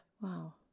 Wow